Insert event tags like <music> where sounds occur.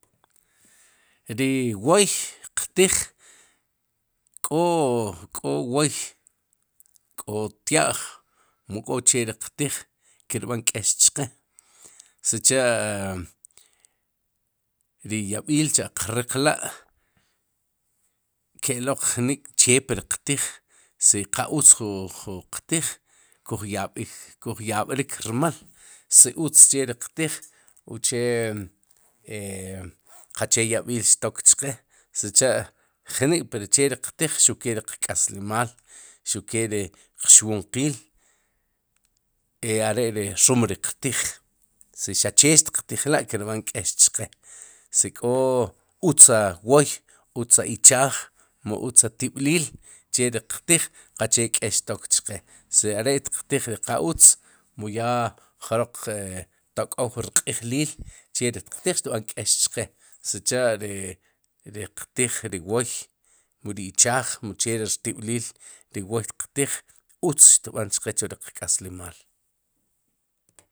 Ri wooy <hesitation> qtiij kó k'o <hesitation> wooy k'o tya'j mu k'o che ri qtij ki rb'an k'eex chqe, sicha'ri yab'iil cha'qriqla' ke'laq jnik'chep riq tiij si qa utz ju ju <hesitation> qtiij, kuj yab'ij, kuj yab'rik rmal, si utz che ri qtiij uche e <hesitation> qache yab'iil xtok chqe sicha'jnik'pri che xtiqtij xuqkee ri qk'aslimal xuq kee ri qxwinqiil, e <hesitation> are ri rum ri qtij si xaq chee xtiqtijla' kirb'an kéex chqe si k'o utza wooy utza ichaaj mu itza tib'liil che riq tiij, qaqchee k'eex tok chqe si are xtiqtij ri qa utz mu yaa jroq xtok'oy rq'iijliil, xb'an k'eex chqe, sicha'ri riqtiij ri wooy mu ri ichaaj mu chee ri rtib'liil ri wooy xtiqtij utz xb'an chqe chu ri qk'aslimaal.